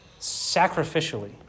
sacrificially